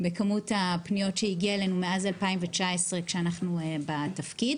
בכמות הפניות שהגיעו אלינו מאז שנת 2019 שאנחנו בתפקיד